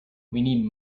need